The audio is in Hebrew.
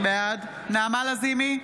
בעד נעמה לזימי,